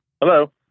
Hello